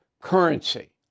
currency